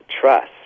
trust